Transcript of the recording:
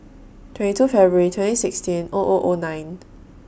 twenty Feburary twenty sixteen O O O nine